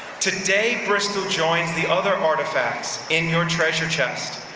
today, bristol joins the other artifacts in your treasure chest.